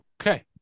Okay